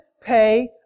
pay